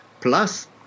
Plus